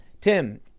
Tim